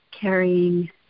carrying